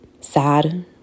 Sad